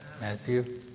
Matthew